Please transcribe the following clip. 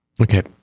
Okay